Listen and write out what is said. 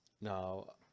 Now